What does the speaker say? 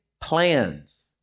plans